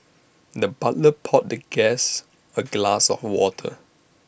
the butler poured the guest A glass of water